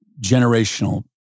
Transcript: generational